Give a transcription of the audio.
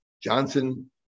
Johnson